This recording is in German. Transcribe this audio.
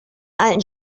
alten